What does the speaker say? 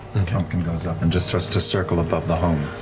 and frumpkin goes up and just starts to circle above the home.